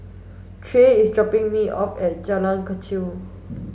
Trey is dropping me off at Jalan Kechil